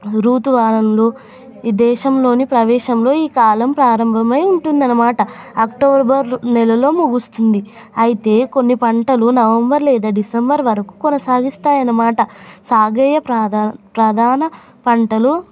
ఋతు వారంలో ఈ దేశంలోని ప్రవేశంలో ఈ కాలం ప్రారంభమై ఉంటుందన్నమాట అక్టోబర్ నెలలో ముగుస్తుంది అయితే కొన్ని పంటలు నవంబర్ లేదా డిసెంబర్ వరకు కొనసాగిస్తాయి అన్నమాట సాగే ప్రాధా ప్రధాన పంటలు